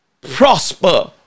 prosper